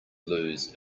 lose